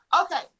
Okay